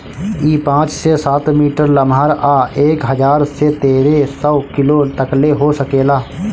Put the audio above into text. इ पाँच से सात मीटर लमहर आ एक हजार से तेरे सौ किलो तकले हो सकेला